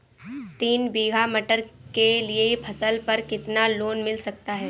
तीन बीघा मटर के लिए फसल पर कितना लोन मिल सकता है?